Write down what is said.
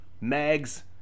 mags